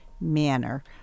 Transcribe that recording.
manner